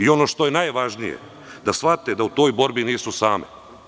Ono što je najvažnije da shvate da u toj borbi nisu same.